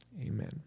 Amen